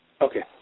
Okay